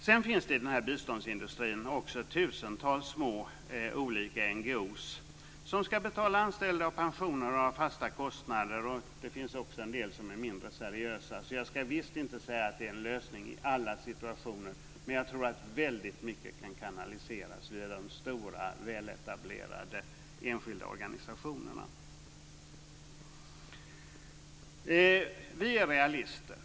Sedan finns det i denna biståndsindustri också tusentals små olika NGO:er som ska betala anställda och pensioner och som har fasta kostnader. Det finns också en del som är mindre seriösa, så jag ska visst inte säga att de är en lösning i alla situationer. Men jag tror att väldigt mycket kan kanaliseras via de stora väletablerade enskilda organisationerna. Vi är realister.